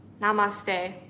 Namaste